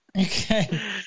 Okay